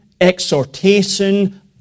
exhortation